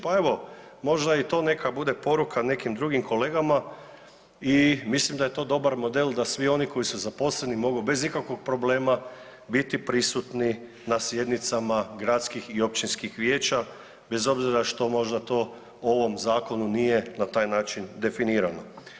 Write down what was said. Pa evo, možda i to neka bude poruka nekim drugim kolegama i mislim da je to dobar model da svi oni koji su zaposleni mogu bez ikakvog problema biti prisutni na sjednicama gradskih i općinskih vijeća bez obzira što možda to u ovom zakonu nije tako definirano.